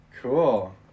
Cool